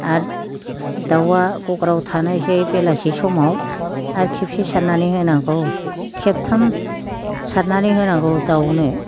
आरो दावा गग्रा थानायसै बेलासि समाव आरो खेबसे सारनानै होनांगौ खेबथाम सारनानै होनांगौ दावनो